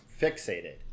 fixated